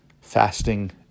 fasting